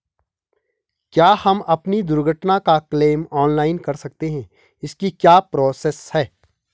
क्या हम अपनी दुर्घटना का क्लेम ऑनलाइन कर सकते हैं इसकी क्या प्रोसेस है?